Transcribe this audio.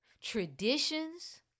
Traditions